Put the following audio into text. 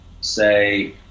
say